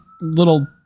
little